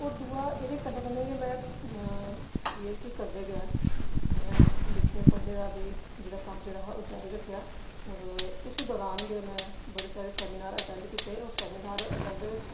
और दुआ एह्दे कन्नै कन्नै गै में पीचडी करदे गै में लिखने पढ़ने दा बी जेह्ड़ा ओह् कम्म जेह्ड़ा हा ओह् में जारी रक्खेआ उस दौरान गै में बड़े सारे सैमिनार में अटैंड कीते सैमिनार अटैंड गै नेईं कीते